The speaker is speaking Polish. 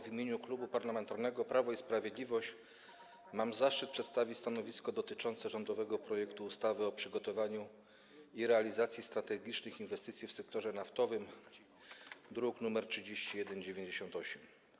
W imieniu Klubu Parlamentarnego Prawo i Sprawiedliwość mam zaszczyt przedstawić stanowisko dotyczące rządowego projektu ustawy o przygotowaniu i realizacji strategicznych inwestycji w sektorze naftowym, druk nr 3198.